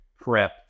prep